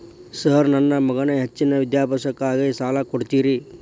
Sir ನನ್ನ ಮಗನ ಹೆಚ್ಚಿನ ವಿದ್ಯಾಭ್ಯಾಸಕ್ಕಾಗಿ ಸಾಲ ಕೊಡ್ತಿರಿ?